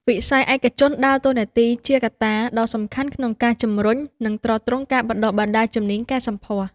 វិស័យឯកជនដើរតួនាទីជាកត្តាដ៏សំខាន់ក្នុងការជំរុញ និងទ្រទ្រង់ការបណ្តុះបណ្តាលជំនាញកែសម្ផស្ស។